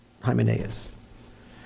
Hymenaeus